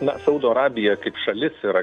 na saudo arabija kaip šalis yra